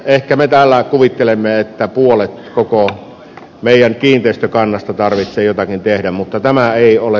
ehkä me täällä kuvittelemme että puolet koko median kiinteistökannasta varsissa jotakin tehdä mutta tämä ei ole